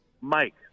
Mike